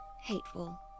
hateful